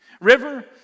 River